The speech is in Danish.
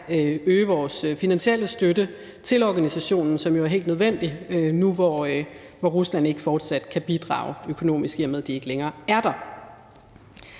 øge vores finansielle støtte til organisationen, hvilket jo er helt nødvendigt nu, hvor Rusland ikke fortsat kan bidrage økonomisk, i og med de ikke længere er der.